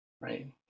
Right